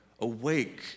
Awake